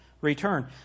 return